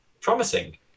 promising